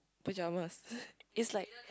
pajamas it's like